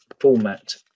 format